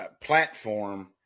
platform